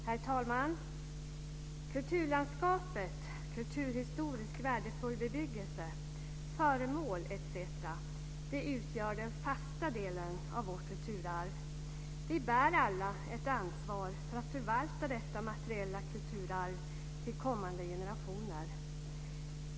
Herr talman! Kulturlandskapet, kulturhistorisk värdefull bebyggelse, föremål etc. utgör den fasta delen av vårt kulturarv. Vi bär alla ett ansvar för att förvalta detta materiella kulturarv för kommande generationer.